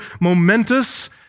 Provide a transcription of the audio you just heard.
momentous